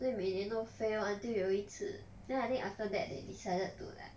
所以每年都飞 until 有一次 then I think after that they decided to like